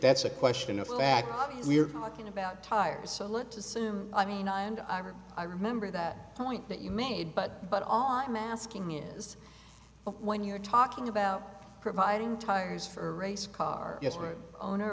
that's a question of fact we're talking about tires so let's assume i mean i and i remember that point that you made but but all i'm asking is when you're talking about providing tires for a race car yes right owner